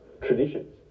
traditions